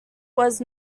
was